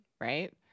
right